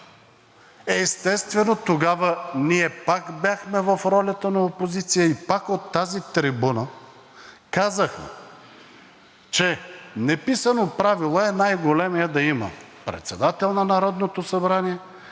Естествено, тогава ние пак бяхме в ролята на опозиция и пак от тази трибуна казах, че неписано правило е най-големият да има председател на Народното събрание